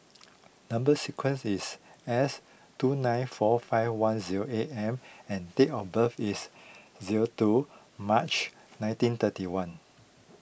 Number Sequence is S two nine four five one zero eight M and date of birth is zero two March nineteen thirty one